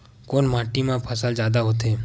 कोन माटी मा फसल जादा होथे?